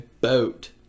boat